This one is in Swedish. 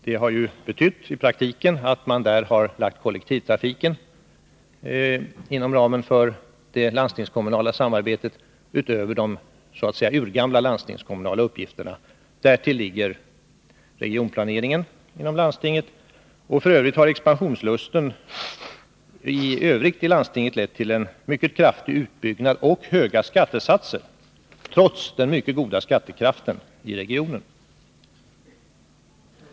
Detta har i praktiken betytt att man har förlagt kollektivtrafiken inom ramen för det landstingskommunala samarbetet, utöver de så att säga urgamla landstingskommunala uppgifterna. Därtill ligger regionplaneringen inom landstinget. F. ö. har expansionslusten i landstinget lett till en mycket kraftig utbyggnad och höga skattesatser, trots den mycket goda skattekraften i regionen.